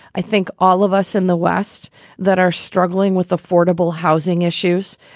i think all of us in the west that are struggling with affordable housing issues.